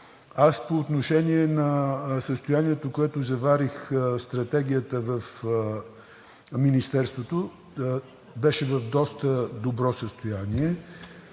По отношение на състоянието, в което заварих стратегията в Министерството, беше в доста добро състояние,